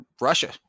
Russia